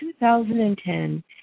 2010